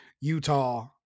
Utah